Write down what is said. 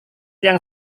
yang